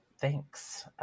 Thanks